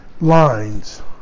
lines